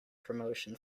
promotion